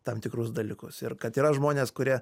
tam tikrus dalykus ir kad yra žmonės kurie